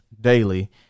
daily